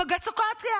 הבג"צוקציה.